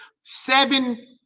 seven